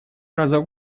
раза